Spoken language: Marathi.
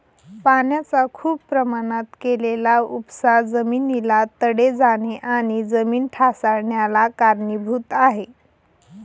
पाण्याचा खूप प्रमाणात केलेला उपसा जमिनीला तडे जाणे आणि जमीन ढासाळन्याला कारणीभूत आहे